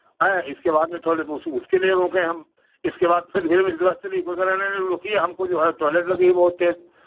आँय इसके बाद में थोड़ा देर उस उसके लिए रोके हम इसके बाद फिर धीरे धीरे बस चली कोई कह रहा है नहीं नहीं रोकिए हमको जो है टोयलेट लगी है बहुत तेज़